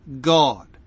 God